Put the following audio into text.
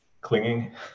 clinging